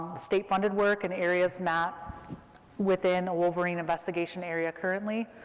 state-funded work in areas met within a wolverine investigation area currently,